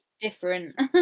different